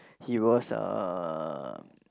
he was uh